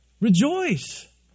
Rejoice